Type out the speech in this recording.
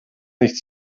nicht